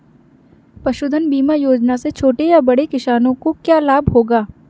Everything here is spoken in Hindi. पशुधन बीमा योजना से छोटे या बड़े किसानों को क्या लाभ होगा?